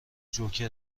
جوکر